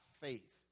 faith